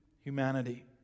humanity